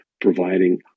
Providing